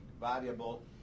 variable